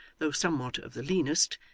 though somewhat of the leanest,